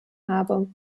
habe